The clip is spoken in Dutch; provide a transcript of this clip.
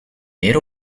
meer